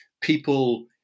people